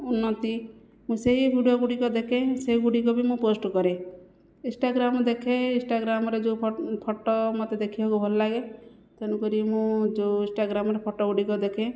ଉନ୍ନତି ମୁଁ ସେହି ଭିଡ଼ିଓଗୁଡ଼ିକ ଦେଖେ ସେଗୁଡ଼ିକ ବି ମୁଁ ପୋଷ୍ଟ କରେ ଇନ୍ଷ୍ଟ୍ରାଗ୍ରାମ ଦେଖେ ଇନ୍ଷ୍ଟ୍ରାଗ୍ରାମରେ ଯେଉଁ ଫଟୋ ମୋତେ ଦେଖିବାକୁ ଭଲଲାଗେ ତେଣୁକରି ମୁଁ ଯେଉଁ ଇନ୍ଷ୍ଟ୍ରାଗ୍ରାମରେ ଫଟୋଗୁଡ଼ିକ ଦେଖେ